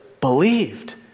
believed